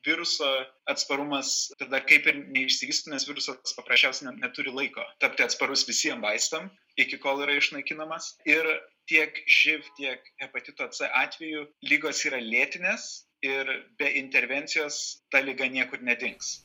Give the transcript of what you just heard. viruso atsparumas tada kaip ir neišsivysto nes virusas paprasčiausiai neturi laiko tapti atsparus visiem vaistam iki kol yra išnaikinamas ir tiek živ tiek hepatito c atveju ligos yra lėtinės ir be intervencijos ta liga niekur nedings